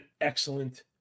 excellent